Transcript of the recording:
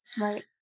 Right